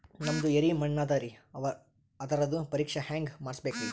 ನಮ್ದು ಎರಿ ಮಣ್ಣದರಿ, ಅದರದು ಪರೀಕ್ಷಾ ಹ್ಯಾಂಗ್ ಮಾಡಿಸ್ಬೇಕ್ರಿ?